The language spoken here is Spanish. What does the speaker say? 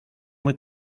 muy